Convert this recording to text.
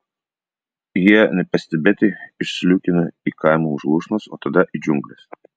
jie nepastebėti išsliūkino į kaimą už lūšnos o tada į džiungles